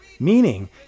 meaning